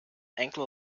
enkele